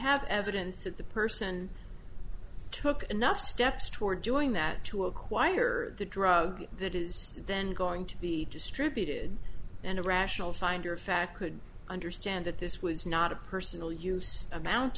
have evidence that the person took enough steps toward doing that to acquire the drug that is then going to be distributed and a rational finder of fact could understand that this was not a personal use amount